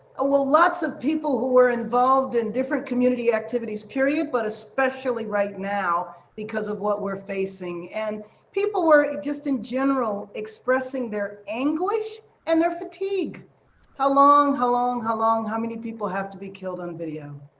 ah well, lots of people who were involved in different community activities, period, but especially right now because of what we're facing. and people were just in general expressing their anguish and their fatigue how long, how long, how long? how many people have to be killed on a video?